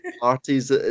parties